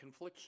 confliction